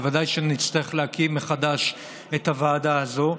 ודאי נצטרך להקים מחדש את הוועדה הזאת.